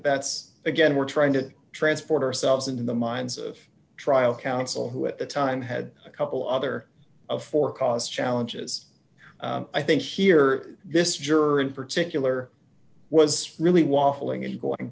that's again we're trying to transport ourselves in the minds of trial counsel who at the time had a couple other of for cause challenges i think here this juror in particular was really waffling and going